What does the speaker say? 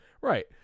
right